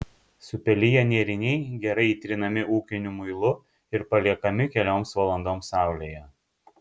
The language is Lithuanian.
supeliję nėriniai gerai įtrinami ūkiniu muilu ir paliekami kelioms valandoms saulėje